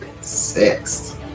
six